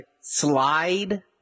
slide